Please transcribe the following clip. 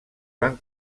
van